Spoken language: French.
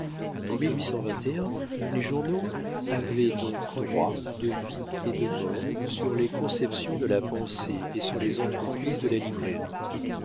en les journaux avaient donc droit de vie et de mort sur les conceptions de la pensée et sur les entreprises de la librairie